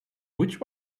which